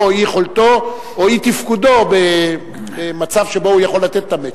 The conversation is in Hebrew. או אי-יכולתו או אי-תפקודו במצב שבו הוא יכול לתת את ה"מצ'ינג".